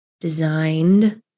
designed